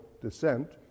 descent